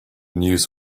news